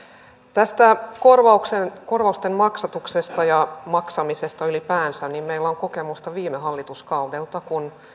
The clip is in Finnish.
tästä korvausten maksatuksesta ja maksamisesta ylipäänsä meillä on kokemusta viime hallituskaudelta kun